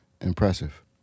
impressive